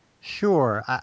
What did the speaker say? Sure